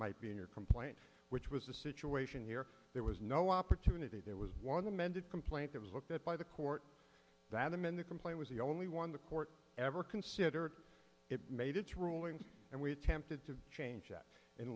might be in your complaint which was the situation here there was no opportunity there was one amended complaint that was looked at by the court that i'm in the complaint was the only one the court ever considered it made its ruling and we attempted to change that